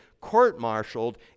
court-martialed